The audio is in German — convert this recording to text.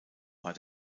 war